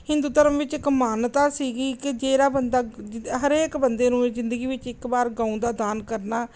ਹਿੰਦੂ ਧਰਮ ਵਿੱਚ ਇੱਕ ਮਾਨਤਾ ਸੀਗੀ ਕਿ ਜਿਹੜਾ ਬੰਦਾ ਹਰੇਕ ਬੰਦੇ ਨੂੰ ਜ਼ਿੰਦਗੀ ਵਿੱਚ ਇੱਕ ਵਾਰ ਗਊ ਦਾ ਦਾਨ ਕਰਨਾ